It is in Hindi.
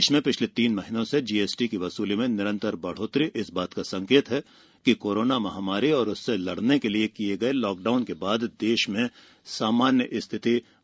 देश में पिछले तीन महीनों से जीएसटी की वसूली में निरंतर बढ़ोतरी इस बात का संकेत है कि कोरोना महामारी और उससे लड़ने के लिए किए गए लॉकडाउन के बाद देश में सामान्य स्थिति बहाल हो रही है